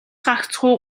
гагцхүү